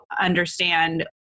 understand